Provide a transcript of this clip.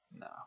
No